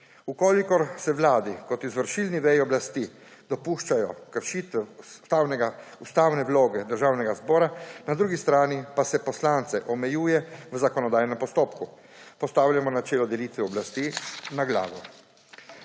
poti. Če se Vladi kot izvršilni veji oblasti dopuščajo kršitve ustavne vloge Državnega zbora, na drugi strani pa se poslance omejuje v zakonodajnem postopku, postavljamo načelo delitve oblasti na glavo.